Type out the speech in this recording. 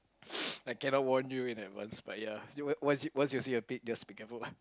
I cannot warn you in advance but ya once you once you see a bit just be careful lah